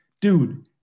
dude